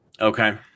Okay